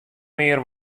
mear